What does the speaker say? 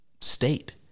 state